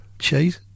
cheese